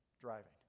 driving